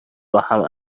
باهم